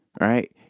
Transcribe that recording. Right